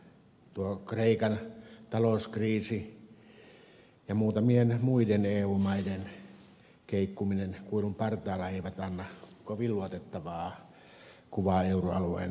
tuo kreikan talouskriisi ja muutamien muiden eu maiden keikkuminen kuilun partaalla eivät anna kovin luotettavaa kuvaa euroalueen taloudesta